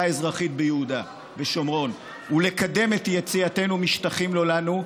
האזרחית ביהודה ושומרון ולקדם את יציאתנו משטחים לא לנו,